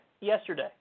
yesterday